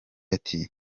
ati